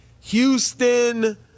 Houston